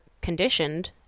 conditioned